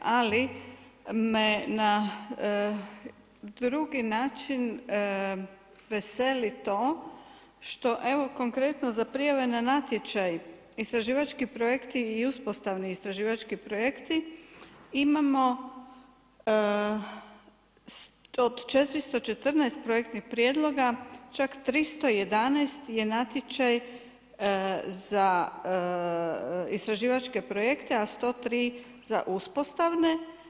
Ali me na drugi način veseli to, što evo konkretno za prijave na natječaj, istraživački projekti i uspostavni istraživački projekti, imamo, od 414 projektnih prijedloga, čak 311 je natječaj za istraživačke projekte, a 103 za uspostave.